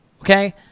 Okay